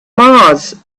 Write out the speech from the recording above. mars